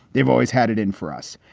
they've always had it in for us.